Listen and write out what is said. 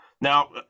Now